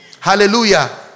Hallelujah